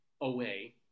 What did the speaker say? away